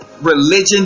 religion